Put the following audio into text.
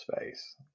space